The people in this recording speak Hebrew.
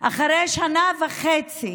אחרי שנה וחצי